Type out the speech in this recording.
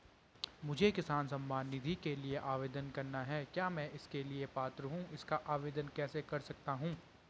मुझे किसान सम्मान निधि के लिए आवेदन करना है क्या मैं इसके लिए पात्र हूँ इसका आवेदन कैसे कर सकता हूँ?